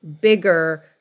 bigger